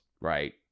right